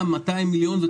תציג 100 200 מיליון שקל.